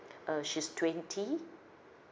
uh she's twenty